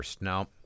Now